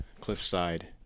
cliffside